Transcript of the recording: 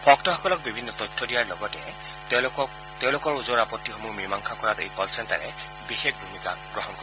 ভক্তসকলক বিভিন্ন তথ্য দিয়াৰ লগতে আৰু ওজৰ আপভিসমূহ মীমাংসা কৰাত এই কল চেণ্টাৰে বিশেষ ভূমিকা গ্ৰহণ কৰিব